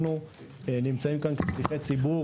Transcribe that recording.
אנחנו נמצאים כאן כשליחי ציבור.